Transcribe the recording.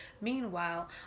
Meanwhile